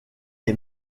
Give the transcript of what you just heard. est